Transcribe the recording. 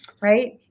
right